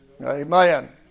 Amen